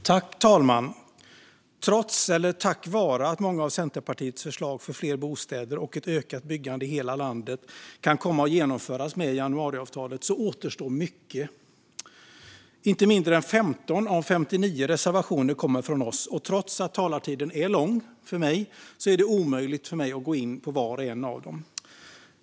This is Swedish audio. Fru talman! Trots eller tack vare att många av Centerpartiets förslag för fler bostäder och ett ökat byggande i hela landet kan komma att genomföras med januariavtalet återstår mycket. Inte mindre än 15 av 59 reservationer kommer från oss, och trots att min talartid är lång är det omöjligt för mig att gå in på var och en av dem.